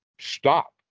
stop